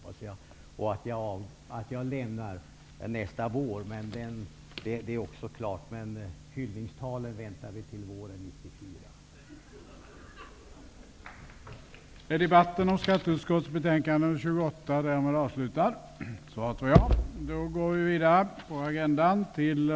Att jag lämnar riksdagen nästa vår är också klart, men hyllningstalen får vi vänta med till våren 1994.